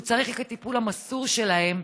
הוא צריך את הטיפול המסור שלהם.